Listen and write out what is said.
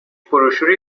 بروشوری